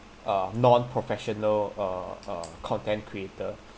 uh non professional uh uh content creator